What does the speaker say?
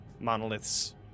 monoliths